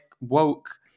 woke